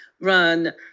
run